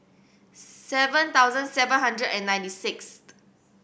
seven thousand seven hundred and ninety six